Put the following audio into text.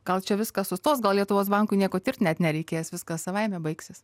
gal čia viskas sustos gal lietuvos bankui nieko tirt net nereikės viskas savaime baigsis